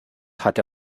hat